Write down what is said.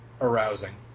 arousing